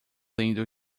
lindo